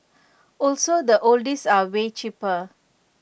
also the oldies are way cheaper